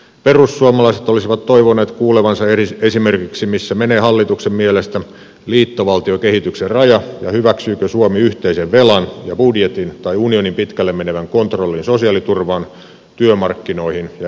perussuomalaiset olisivat toivoneet kuulevansa esimerkiksi missä menee hallituksen mielestä liittovaltiokehityksen raja ja hyväksyykö suomi yhteisen velan ja budjetin tai unionin pitkälle menevän kontrollin sosiaaliturvaan työmarkkinoihin ja eläkepolitiikkaan